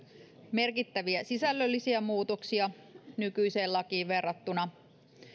merkittäviä sisällöllisiä muutoksia nykyiseen lakiin verrattuna